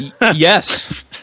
yes